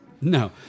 No